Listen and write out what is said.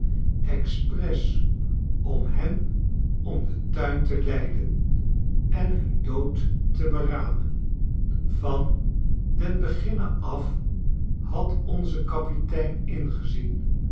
expres om hen om den tuin te leiden en hun dood te beramen van den beginne af had onze kapitein ingezien